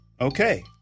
Okay